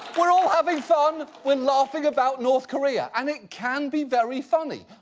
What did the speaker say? we're all having fun. we're laughing about north korea! and it can be very funny,